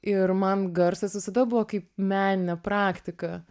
ir man garsas visada buvo kaip meninė praktika